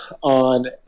on